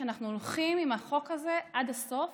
שאנחנו הולכים עם החוק הזה עד הסוף